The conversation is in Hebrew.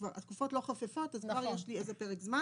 התקופות לא חופפות אז כבר יש לי איזה פרק זמן,